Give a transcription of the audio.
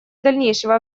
дальнейшего